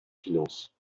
finances